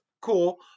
cool